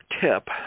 tip